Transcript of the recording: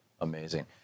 Amazing